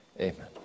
Amen